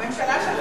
הממשלה שלך,